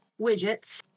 widgets